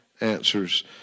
answers